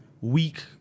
week